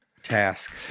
Task